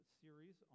series